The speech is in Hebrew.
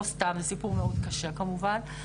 לא סתם, סיפור מאוד קשה כמובן.